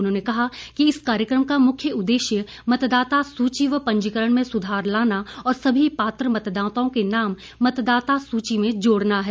उन्होंने कहा कि इस कार्यक्रम का मुख्य उद्देश्य मतदाता सूची व पंजीकरण में सुधार लाना और सभी पात्र मतदाताओं के नाम मतदाता सूची में जोड़ना है